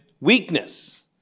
weakness